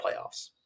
playoffs